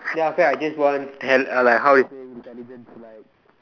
then after I just want tell how you say intelligence like